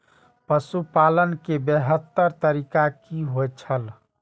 पशुपालन के बेहतर तरीका की होय छल?